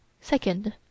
Second